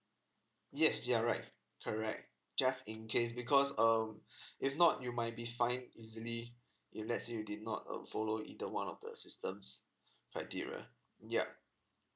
yes you are right correct just in case because uh if not you might be fined easily if let's say you did not um follow either one of the systems criteria yup